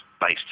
based